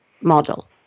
model